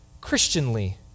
Christianly